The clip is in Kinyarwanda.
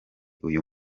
uyu